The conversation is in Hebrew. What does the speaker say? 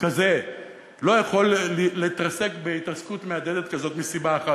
כזה לא יכול להתרסק בהתרסקות מהדהדת כזאת מסיבה אחת,